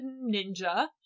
ninja